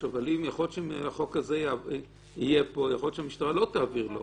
אבל יכול להיות שאם החוק הזה יהיה פה המשטרה לא תעביר לו.